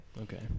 okay